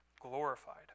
glorified